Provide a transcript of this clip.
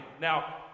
Now